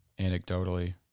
anecdotally